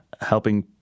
helping